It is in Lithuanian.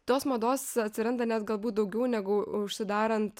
tos mados atsiranda net galbūt daugiau negu užsidarant